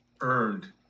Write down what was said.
earned